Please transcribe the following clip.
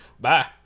bye